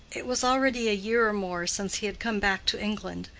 it was already a year or more since he had come back to england,